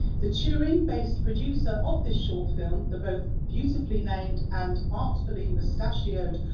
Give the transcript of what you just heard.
the turin-based producer of this short film, the both beautifully named and artfully moustachioed,